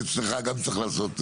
אצלך גם צריך לעשות,